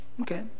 okay